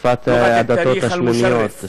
שפת הדתות השמימיות,